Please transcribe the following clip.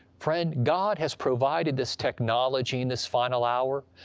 friend, god has provided this technology in this final hour.